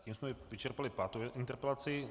Tím jsme vyčerpali pátou interpelaci.